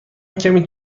کمی